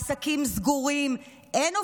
העסקים סגורים, אין עובדים,